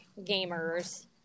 gamers